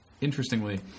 interestingly